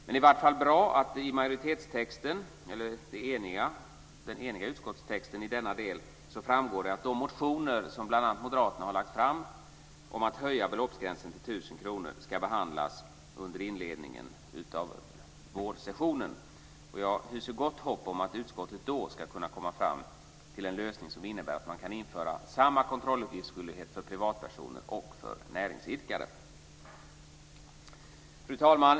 Det är i vart fall bra att det i den eniga utskottstexten i denna del framgår att de motioner som bl.a. moderaterna har väckt om att höja beloppsgränsen till 1 000 kr ska behandlas under inledningen av vårsessionen. Jag hyser gott hopp om att utskottet då ska kunna komma fram till en lösning som innebär att man kan införa samma kontrolluppgiftsskyldighet för privatpersoner som för näringsidkare. Fru talman!